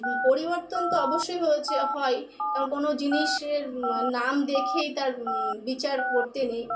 পরিবর্তন তো অবশ্যই হয়েছে হয় কারণ কোনো জিনিসের নাম দেখে তার বিচার করতে নেই